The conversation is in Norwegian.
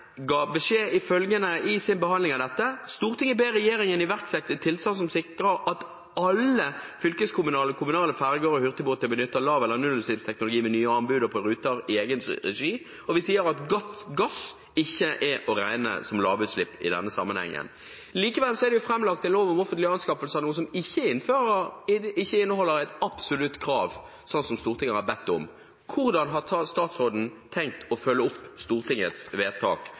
ga følgende beskjed under sin behandling av dette: «Stortinget ber regjeringen iverksette tiltak som sikrer at alle fylkeskommunale og kommunale ferger og hurtigbåter benytter lav- eller nullutslippsteknologi ved nye anbud og på ruter i egenregi.» Og vi sier at gass ikke er å regne som lavutslipp i denne sammenheng. Likevel er det framlagt en lov om offentlige anskaffelser som ikke inneholder et absolutt krav, som Stortinget har bedt om. Hvordan har statsråden tenkt å følge opp Stortingets vedtak